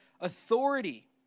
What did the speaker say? authority